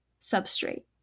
substrate